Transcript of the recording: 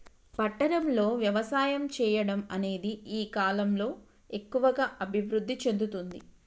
పట్టణం లో వ్యవసాయం చెయ్యడం అనేది ఈ కలం లో ఎక్కువుగా అభివృద్ధి చెందుతుంది